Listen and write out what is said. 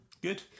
Good